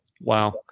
wow